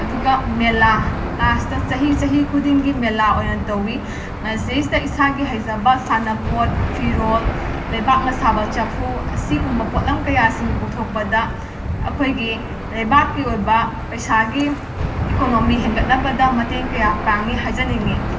ꯑꯗꯨꯒ ꯃꯦꯂꯥ ꯂꯥꯁꯇ ꯆꯍꯤ ꯆꯍꯤ ꯈꯨꯗꯤꯡꯒꯤ ꯃꯦꯂꯥ ꯑꯣꯏꯅ ꯇꯧꯏ ꯃꯁꯤꯗꯩꯁꯤꯗ ꯏꯁꯥꯒꯤ ꯍꯩꯖꯕ ꯁꯥꯟꯅꯄꯣꯠ ꯐꯤꯔꯣꯜ ꯂꯩꯕꯥꯛꯅ ꯁꯥꯕ ꯆꯐꯨ ꯑꯁꯤꯒꯨꯝꯕ ꯄꯣꯠꯂꯝ ꯀꯌꯥꯁꯤ ꯄꯨꯊꯣꯛꯄꯗ ꯑꯩꯈꯣꯏꯒꯤ ꯂꯩꯕꯥꯛꯀꯤ ꯑꯣꯏꯕ ꯄꯩꯁꯥꯒꯤ ꯏꯀꯣꯅꯣꯃꯤ ꯍꯦꯟꯒꯠꯅꯕꯗ ꯃꯇꯦꯡ ꯀꯌꯥ ꯄꯥꯡꯏ ꯍꯥꯏꯖꯅꯤꯡꯏ